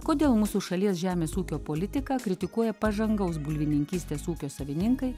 kodėl mūsų šalies žemės ūkio politiką kritikuoja pažangaus bulvininkystės ūkio savininkai